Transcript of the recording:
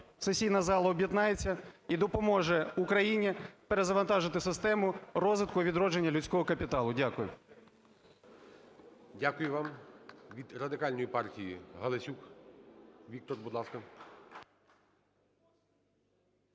сесійна зала об'єднається і допоможе Україні перезавантажити систему розвитку відродження людського капіталу. Дякую. ГОЛОВУЮЧИЙ. Дякую вам. Від Радикальної партії Галасюк Віктор, будь ласка.